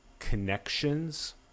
Connections